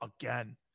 again